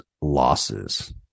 losses